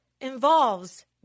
involves